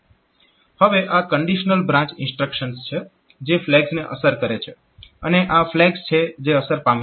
હવે આ conditional branch instructions છે જે ફ્લેગ્સને અસર કરે છે અને આ તે ફ્લેગ્સ છે જે અસર પામે છે